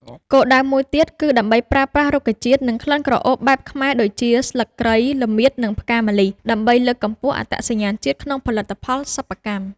គោលដៅមួយទៀតគឺដើម្បីប្រើប្រាស់រុក្ខជាតិ និងក្លិនក្រអូបបែបខ្មែរដូចជា ស្លឹកគ្រៃ ល្មៀត និងផ្កាម្លិះ ដើម្បីលើកកម្ពស់អត្តសញ្ញាណជាតិក្នុងផលិតផលសិប្បកម្ម។